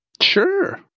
Sure